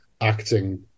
acting